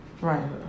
Right